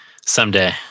Someday